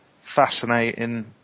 fascinating